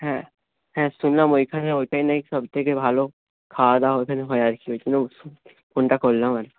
হ্যাঁ হ্যাঁ শুনলাম ওইখানে ওইটাই নাকি সবথেকে ভালো খাওয়া দাওয়া ওইখানে হয় আর কি ওই জন্য ফোনটা করলাম আর কি